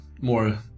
more